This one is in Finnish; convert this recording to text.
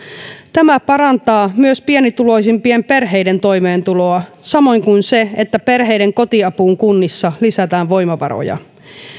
tämä parantaa myös pienituloisimpien perheiden toimeentuloa samoin kuin se että perheiden kotiapuun kunnissa lisätään voimavaroja